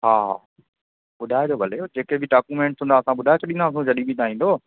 हा ॿुधाएजो भले जेके बि डाक्यूमेंट्स हूंदा असां ॿुधाए छॾींदासीं जॾहिं बि तव्हां ईंदुव